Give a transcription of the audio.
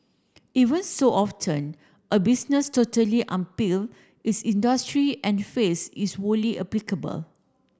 even so often a business totally its industry and phrase is wholly applicable